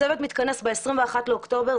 הצוות יתכנס ב-21 באוקטובר,